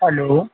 hello